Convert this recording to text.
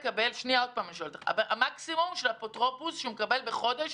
המקסימום שהאפוטרופוס מקבל בחודש,